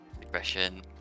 depression